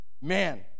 Man